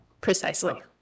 Precisely